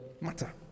matter